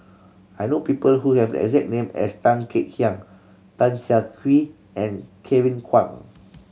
I know people who have exact name as Tan Kek Hiang Tan Siah Kwee and Kevin Kwan